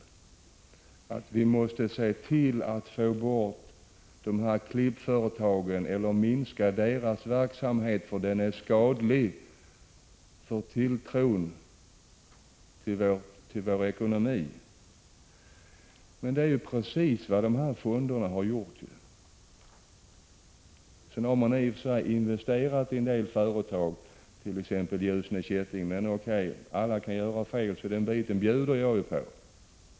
Han sade att vi måste se till att få bort de här klippföretagen eller minska deras verksamhet, för den är skadlig för tilltron till vår ekonomi. Men det är ju precis vad dessa fonder har gjort! Sedan har de i och för sig investerat i en del företag såsom t.ex. Ljusne Kätting, men den biten bjuder jag på. Alla kan ju göra fel.